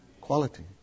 Quality